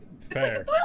Fair